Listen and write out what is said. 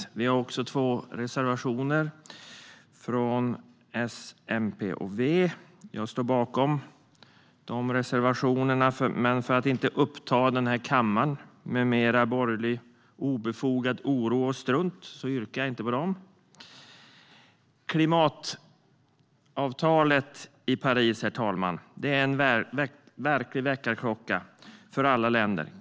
S, MP och V har också två reservationer som jag står bakom, men för att inte uppta kammaren med mer obefogad borgerlig oro och strunt yrkar jag inte bifall till dem. Herr talman! Klimatavtalet i Paris var en verklig väckarklocka för alla länder.